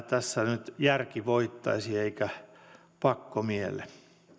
tässä nyt järki voittaisi eikä pakkomielle